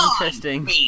interesting